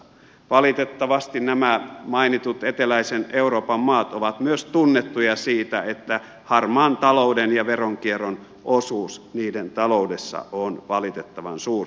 valitettavasti nämä mainitut eteläisen euroopan maat ovat myös tunnettuja siitä että harmaan talouden ja veronkierron osuus niiden taloudessa on valitettavan suuri